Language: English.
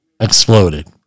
exploded